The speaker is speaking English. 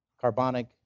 carbonic